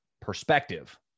perspective